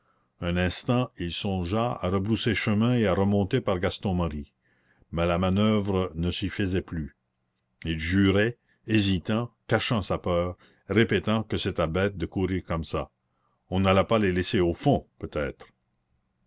un instant il songea à rebrousser chemin et à remonter par gaston marie mais la manoeuvre ne s'y faisait plus il jurait hésitant cachant sa peur répétant que c'était bête de courir comme ça on n'allait pas les laisser au fond peut-être